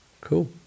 Cool